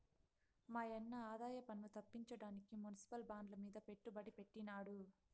మాయన్న ఆదాయపన్ను తప్పించడానికి మునిసిపల్ బాండ్లమీద పెట్టుబడి పెట్టినాడు